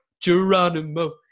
Geronimo